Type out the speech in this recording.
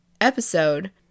episode